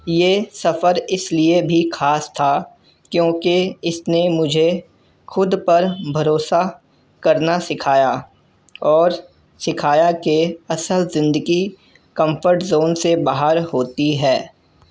یہ سفر اس لیے بھی خاص تھا کیونکہ اس نے مجھے خود پر بھروسہ کرنا سکھایا اور سکھایا کہ اصل زندگی کمفرٹ زون سے باہر ہوتی ہے